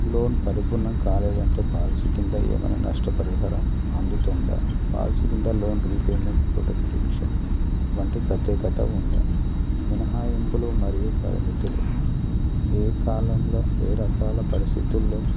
loan పరిపూర్ణం కాలేదంటే policy కింద ఏమైనా నష్టపరిహారం అందుతుందా పాలసీ కింద లోన్ రీపేమెంట్ ప్రొటెక్షన్ వంటి ప్రత్యేకత ఉందా మినహాయింపులు మరియు పరిమితులు ఏ కాలంలో ఏ రకాల పరిస్థితుల్లో